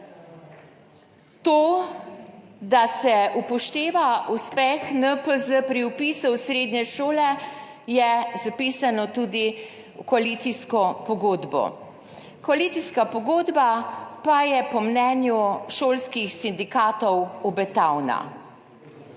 To, da se upošteva uspeh NPZ pri vpisu v srednje šole, je zapisano tudi v koalicijsko pogodbo, koalicijska pogodba pa je po mnenju šolskih sindikatov obetavna.